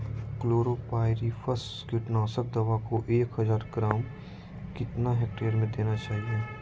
Chlorpyrifos कीटनाशक दवा को एक हज़ार ग्राम कितना हेक्टेयर में देना चाहिए?